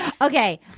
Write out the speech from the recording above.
Okay